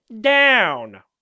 down